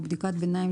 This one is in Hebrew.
או בדיקת ביניים,